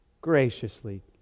graciously